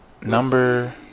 number